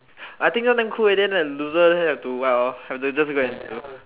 I think this one damn cool eh then the loser have to what hor have to just go and do